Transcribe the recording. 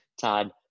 Todd